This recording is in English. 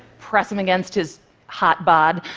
press them against his hot bod.